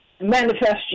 manifest